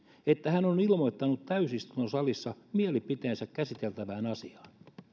että hän on ilmoittanut täysistuntosalissa mielipiteensä käsiteltävään asiaan